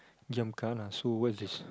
giam gana so what is this